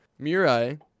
Murai